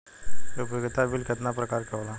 उपयोगिता बिल केतना प्रकार के होला?